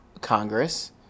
Congress